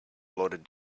loaded